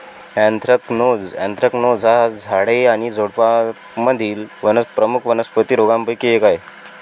anthracnose anthracnose हा झाडे आणि झुडुपांमधील प्रमुख वनस्पती रोगांपैकी एक आहे